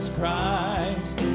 Christ